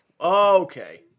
okay